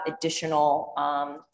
additional